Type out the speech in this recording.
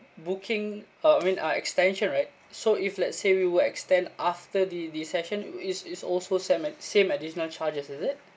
booking uh I mean uh extension right so if let's say we will extend after the the session is is also same as same additional charges is it